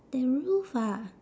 the roof ah